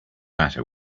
matter